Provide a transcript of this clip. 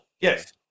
Yes